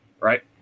Right